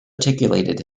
articulated